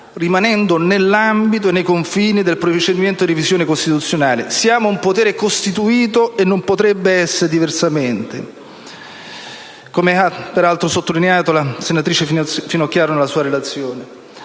rimanendo nell'ambito e nei confini del procedimento di revisione costituzionale; siamo un potere costituito, e non potrebbe essere diversamente, come ha peraltro sottolineato la senatrice Finocchiaro nella sua relazione.